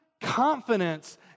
confidence